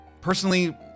Personally